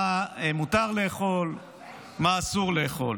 מה מותר לאכול ומה אסור לאכול.